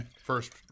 First